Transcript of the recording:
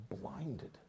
blinded